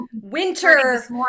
winter